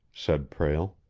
said prale.